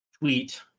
tweet